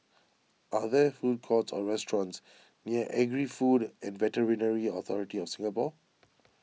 are there food courts or restaurants near Agri Food and Veterinary Authority of Singapore